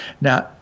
Now